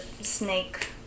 snake